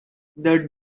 the